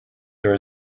there